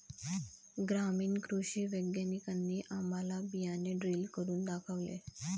ग्रामीण कृषी वैज्ञानिकांनी आम्हाला बियाणे ड्रिल करून दाखवले